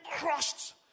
crushed